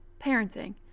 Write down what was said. parenting